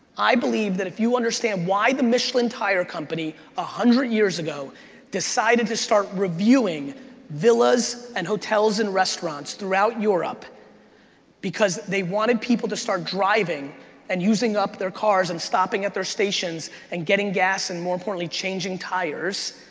i believe that if you understand why the michelin tire company one ah hundred years ago decided to start reviewing villas and hotels and restaurants throughout europe because they wanted people to start driving and using up their cars and stopping at their stations and getting gas, and more importantly, changing tires,